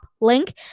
link